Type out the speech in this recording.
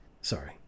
Sorry